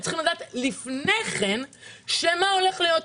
הם צריכים לדעת לפני כן מה הולך להיות.